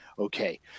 Okay